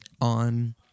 on